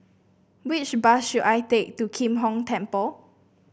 which bus should I take to Kim Hong Temple